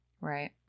right